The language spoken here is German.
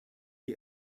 die